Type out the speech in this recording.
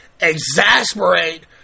exasperate